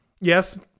yes